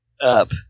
up